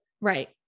right